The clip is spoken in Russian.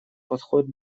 подход